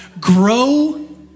grow